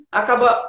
acaba